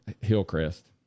Hillcrest